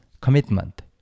commitment